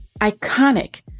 Iconic